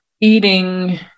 eating